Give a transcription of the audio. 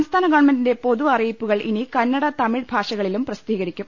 സംസ്ഥാന ഗവൺമെന്റിന്റെ പൊതു അറിയിപ്പുകൾ ഇനി കന്നട തമിഴ് ഭാഷകളിലും പ്രസിദ്ധീകരിക്കും